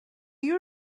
you